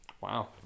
Wow